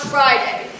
Friday